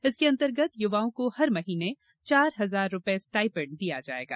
इसके अंतर्गत युवाओं को हर महीने हजार रूपये स्टाइपेंड दिया जायेगा